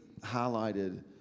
highlighted